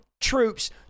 troops